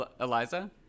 Eliza